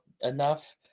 enough